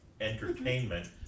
entertainment